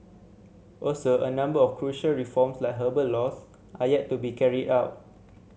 also a number of crucial reforms like labour laws are yet to be carried out